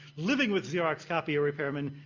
living with xerox copier repairmen,